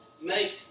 make